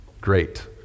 great